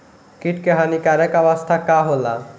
कीट क हानिकारक अवस्था का होला?